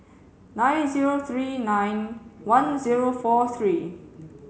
nine zero three nine one zero four three